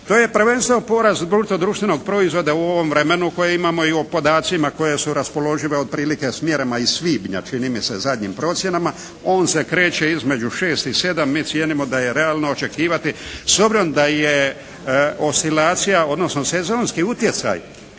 To je prvenstveno porast bruto društvenog proizvoda u ovom vremenu koje imamo i u podacima koji su raspoloživi otprilike s mjerama iz svibnja čini mi se, zadnjim procjenama. On se kreće između 6 i 7, mi cijenimo da je realno očekivati s obzirom da je oscilacija, odnosno sezonski utjecaj